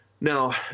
Now